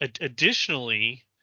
Additionally